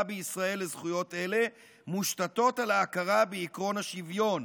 בישראל לזכויות אלה מושתתות על ההכרה בעקרון השוויון,